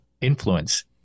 influence